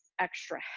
extra